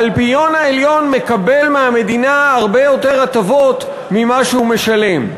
האלפיון העליון מקבל מהמדינה הרבה יותר הטבות ממה שהוא משלם.